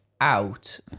out